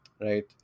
right